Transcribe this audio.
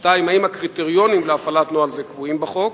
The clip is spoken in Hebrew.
2. האם הקריטריונים להפעלת נוהל זה קבועים בחוק?